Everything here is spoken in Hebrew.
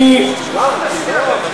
אל תשכיח את זה.